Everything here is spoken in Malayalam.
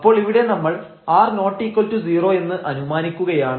അപ്പോൾ ഇവിടെ നമ്മൾ r≠0 എന്ന് അനുമാനിക്കുകയാണ്